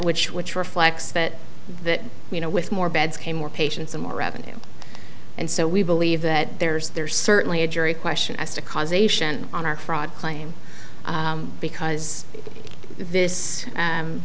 which which reflects that that you know with more beds came more patients and more revenue and so we believe that there's there's certainly a jury question as to cause ation on our fraud claim because this